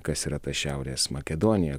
kas yra ta šiaurės makedonija